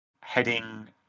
heading